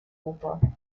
hofer